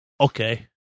okay